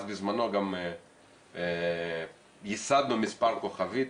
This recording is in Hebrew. אז בזמנו גם ייסדנו מספר כוכבית,